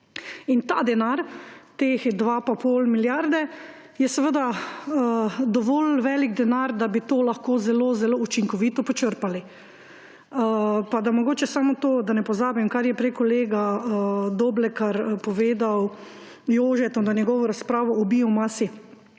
Ta denar, teh 2 in pol milijarde, je seveda dovolj velik denar, da bi to lahko zelo zelo učinkovito počrpali. Pa da mogoče samo to, da ne pozabim, kar je prej kolega Doblekar povedal Jožetu na njegovo razpravo o biomasi,